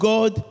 God